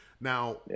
Now